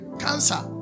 cancer